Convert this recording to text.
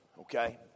okay